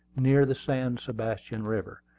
near the san sebastian river,